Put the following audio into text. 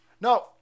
No